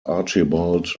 archibald